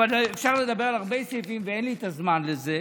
אבל אפשר לדבר על הרבה סעיפים ואין לי את הזמן לזה: